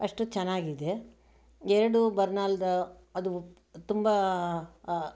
ಅಷ್ಟು ಚನ್ನಾಗಿದೆ ಎರಡು ಬರ್ನಾಲ್ದು ಅದು ತುಂಬ